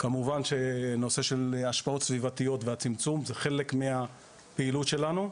כמובן שנושא של השפעות סביבתיות והצמצום זה חלק מהפעילות שלנו.